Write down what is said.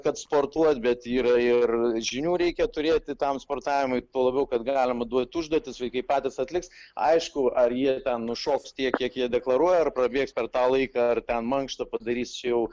kad sportuot bet yra ir žinių reikia turėti tam sportavimui tuo labiau kad galima duot užduotis vaikai patys atliks aišku ar jie ten nušoks tiek kiek jie deklaruoja ar prabėgs per tą laiką ar ten mankštą padarys čia jau